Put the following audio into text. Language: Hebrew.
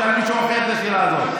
תשאל מישהו אחר את השאלה הזאת.